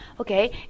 Okay